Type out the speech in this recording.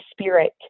Spirit